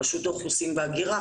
רשות האוכלוסין וההגירה,